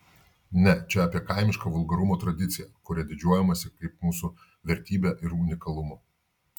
ne čia apie kaimišką vulgarumo tradiciją kuria didžiuojamasi kaip mūsų vertybe ir unikalumu